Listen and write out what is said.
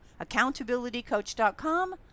accountabilitycoach.com